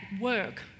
work